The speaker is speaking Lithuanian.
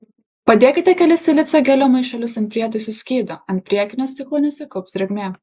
padėkite kelis silicio gelio maišelius ant prietaisų skydo ant priekinio stiklo nesikaups drėgmė